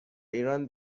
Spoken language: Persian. ایران